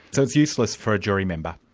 so it's useless for a jury member?